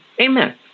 Amen